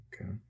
okay